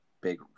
big